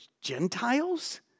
Gentiles